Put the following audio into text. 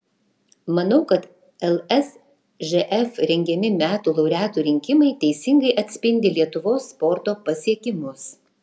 manau kad lsžf rengiami metų laureatų rinkimai teisingai atspindi lietuvos sporto pasiekimus